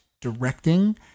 directing